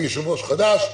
אני יושב-ראש חדש,